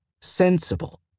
sensible